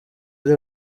ari